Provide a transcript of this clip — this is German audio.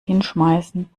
hinschmeißen